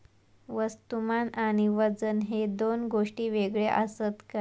वस्तुमान आणि वजन हे दोन गोष्टी वेगळे आसत काय?